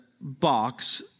box